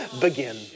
begin